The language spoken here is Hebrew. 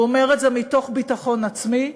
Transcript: והוא אומר את זה מתוך ביטחון עצמי,